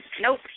Nope